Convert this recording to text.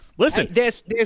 Listen